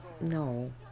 no